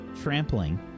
trampling